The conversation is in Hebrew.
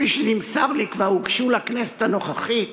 כפי שנמסר לי כבר הוגשו לכנסת הנוכחית